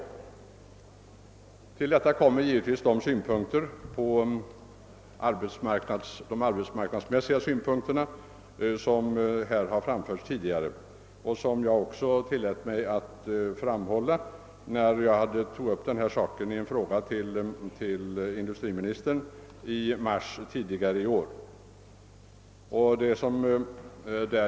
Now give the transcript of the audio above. Till detta kommer givetvis de arbetsmarknadsmässiga synpunkterna, vilka redan har uppmärksammats. Jag tillät mig också framhålla dem när jag tog upp detta problem i en fråga till industriministern i mars i år.